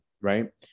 right